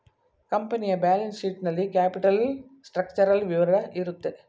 ಕಂಪನಿಯ balance sheet ನಲ್ಲಿ capital structural ವಿವರ ಇರುತ್ತೆ